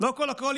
לא כל הקואליציה.